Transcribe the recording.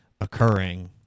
occurring